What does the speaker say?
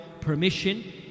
permission